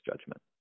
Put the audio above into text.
judgment